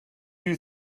you